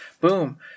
Boom